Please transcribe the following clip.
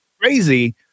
crazy